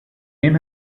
name